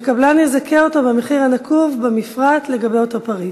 והקבלן יזכה אותו במחיר הנקוב במפרט לגבי אותו פריט,